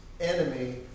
enemy